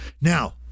Now